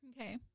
Okay